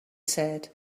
said